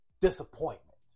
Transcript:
disappointment